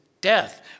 death